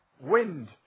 Wind